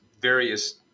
various